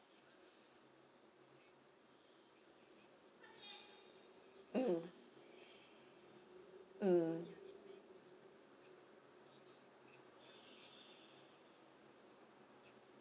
mm mm